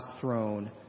throne